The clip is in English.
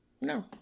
no